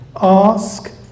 ask